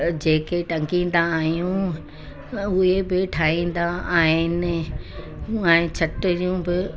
जेके टंगीन्दा आहियूं उहे बि ठाहींदा आहिनि ऐं छटिरियूं बि